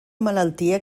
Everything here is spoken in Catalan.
malaltia